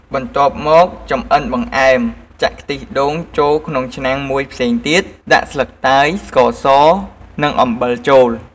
បន្ទាប់មក ចម្អិនបង្អែម ចាក់ខ្ទិះដូងចូលក្នុងឆ្នាំងមួយផ្សេងទៀត ដាក់ស្លឹកតើយ ស្ករស និងអំបិលចូល។